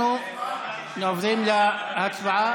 אנחנו עוברים להצבעה.